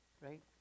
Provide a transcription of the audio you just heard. Right